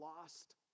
lost